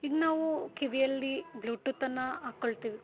ಈಗ ನಾವು ಕಿವಿಯಲ್ಲಿ ಬ್ಲೂಟೂತನ್ನು ಹಾಕ್ಕೊಳ್ತೀವಿ